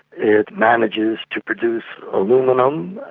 it manages to produce aluminium,